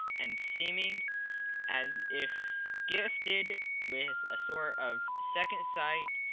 and seeming as if gifted with a sort of second sight,